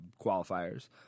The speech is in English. qualifiers